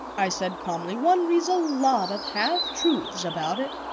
i said calmly one reads a lot of half-truths about it.